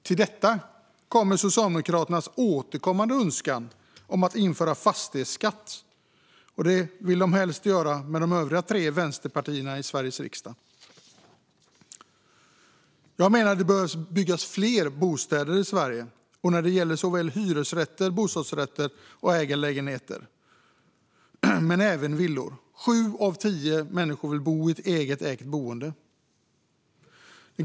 Till detta kommer Socialdemokraternas återkommande önskan om att införa fastighetsskatt, och det vill de helst göra tillsammans med de övriga tre vänsterpartierna i Sveriges riksdag. Jag menar att det behöver byggas fler bostäder i Sverige, och det gäller såväl hyresrätter som bostadsrätter och ägarlägenheter men även villor. Sju av tio människor vill bo i ett eget ägt boende.